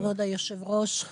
כבוד היושב-ראש,